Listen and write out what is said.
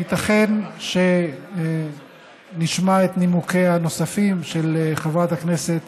ייתכן שנשמע את נימוקיה הנוספים של חברת הכנסת